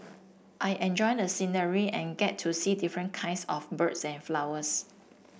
I enjoy the scenery and get to see different kinds of birds and flowers